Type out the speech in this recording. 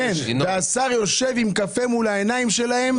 והשר יושב עם כוס קפה מול העיניים שלהם.